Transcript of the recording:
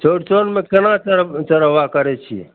चौरचनमे कोना चढ़ चढ़ावा करै छिए